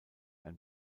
ein